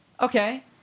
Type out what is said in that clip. okay